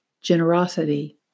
generosity